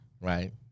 Right